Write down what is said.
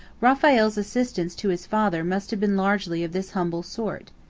raphael's assistance to his father must have been largely of this humble sort.